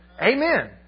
Amen